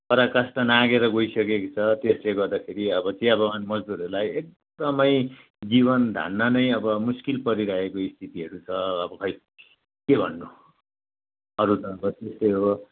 पराकाष्ठा नागेर गइकसेको छ त्यसले गर्दाखेरि अब चियाबगान मजदुरहरूलाई एकदमै जीवन धान्न नै अब मुस्किल परिरहेको स्थितिहरू छ अब खोइ के भन्नु अरू त अब त्यस्तै हो